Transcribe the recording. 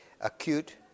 acute